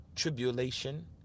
tribulation